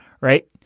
right